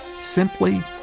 Simply